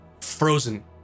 frozen